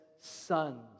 sons